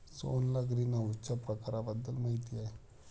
सोहनला ग्रीनहाऊसच्या प्रकारांबद्दल माहिती आहे